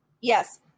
Yes